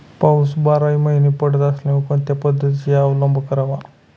पाऊस बाराही महिने पडत असल्यामुळे कोणत्या पद्धतीचा अवलंब करावा?